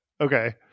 okay